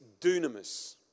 dunamis